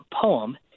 poem